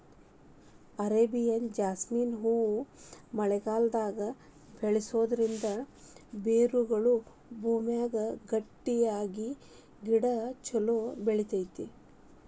Arabian jasmine ಹೂವನ್ನ ಮಳೆಗಾಲದಾಗ ಬೆಳಿಸೋದರಿಂದ ಬೇರುಗಳು ಭೂಮಿಯಾಗ ಗಟ್ಟಿಯಾಗಿ ಗಿಡ ಚೊಲೋ ಬೆಳಿತೇತಿ